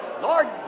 Lord